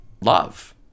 love